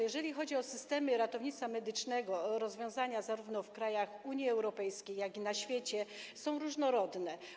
Jeżeli chodzi o systemy ratownictwa medycznego, rozwiązania zarówno w krajach Unii Europejskiej, jak i na świecie są różnorodne.